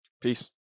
Peace